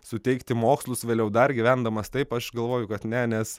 suteikti mokslus vėliau dar gyvendamas taip aš galvoju kad ne nes